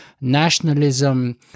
nationalism